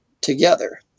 together